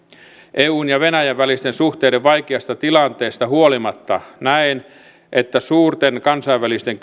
eun ja venäjän välisten suhteiden vaikeasta tilanteesta huolimatta näen että suurten kansainvälisten